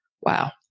wow